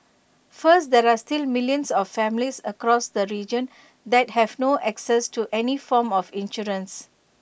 first there are still millions of families across the region that have no access to any form of insurance